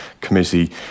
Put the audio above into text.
committee